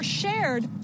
shared